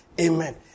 Amen